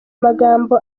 magambo